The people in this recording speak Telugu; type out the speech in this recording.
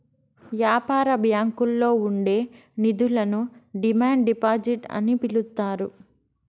యాపార బ్యాంకుల్లో ఉండే నిధులను డిమాండ్ డిపాజిట్ అని పిలుత్తారు